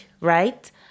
Right